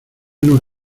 nos